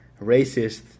racist